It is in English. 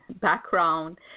background